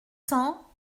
cents